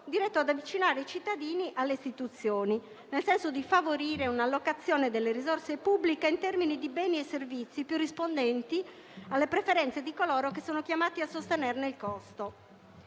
diretto ad avvicinare i cittadini alle istituzioni, nel senso di favorire un'allocazione delle risorse pubbliche in termini di beni e servizi più rispondenti alle preferenze di coloro che sono chiamati a sostenerne il costo.